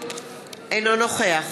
אינו נוכח